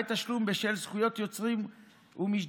למעט תשלום בשל זכויות יוצרים ומשדרים.